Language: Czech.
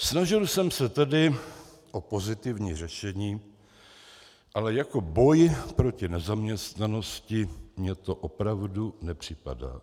Snažil jsem se tedy o pozitivní řešení, ale jako boj proti nezaměstnanosti mně to opravdu nepřipadá.